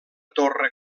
torre